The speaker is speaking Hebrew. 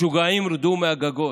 משוגעים, רדו מהגגות.